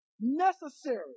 Necessary